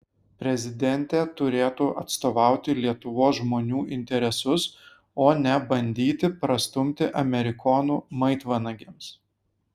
prezidentė turėtų atstovauti lietuvos žmonių interesus o ne bandyti prastumti amerikonų maitvanagiams